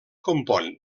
compon